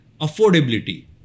affordability